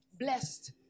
Blessed